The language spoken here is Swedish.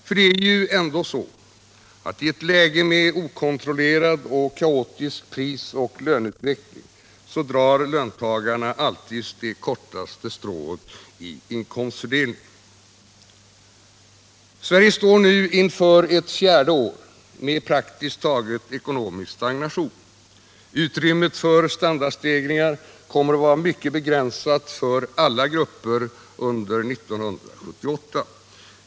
För det är ändå så, att i ett läge med okontrollerad och kaotisk prisoch löneutveckling drar löntagarna alltid det kortaste strået i inkomstfördelningen. Sverige står nu inför ett fjärde år med praktiskt taget ekonomisk stagnation. Utrymmet för standardstegringar kommer att vara mycket begränsat för alla grupper under 1978.